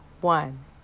one